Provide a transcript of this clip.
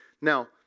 Now